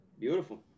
Beautiful